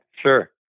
sure